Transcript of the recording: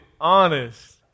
honest